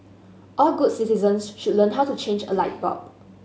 all good citizens should learn how to change a light bulb